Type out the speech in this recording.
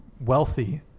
wealthy